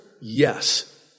Yes